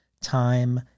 time